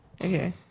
Okay